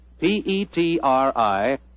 P-E-T-R-I